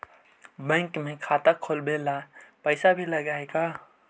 Bank में खाता खोलाबे ल पैसा भी लग है का?